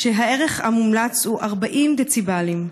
והערך המומלץ הוא 40 דציבלים.